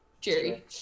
Jerry